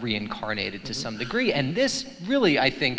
reincarnated to some degree and this really i think